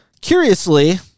Curiously